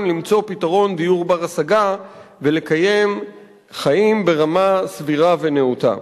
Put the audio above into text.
למצוא פתרון דיור בר-השגה ולקיים חיים ברמה סבירה ונאותה.